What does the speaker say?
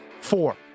four